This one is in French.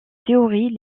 théories